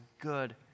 good